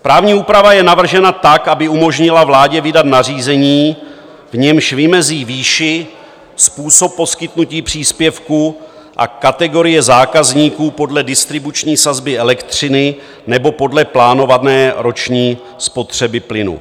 Právní úprava je navržena tak, aby umožnila vládě vydat nařízení, v němž vymezí výši, způsob poskytnutí příspěvku a kategorie zákazníků podle distribuční sazby elektřiny nebo podle plánované roční spotřeby plynu.